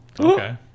Okay